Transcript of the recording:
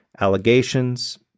allegations